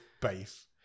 base